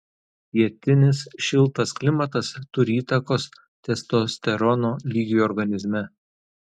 pietinis šiltas klimatas turi įtakos testosterono lygiui organizme